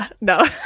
no